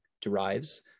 derives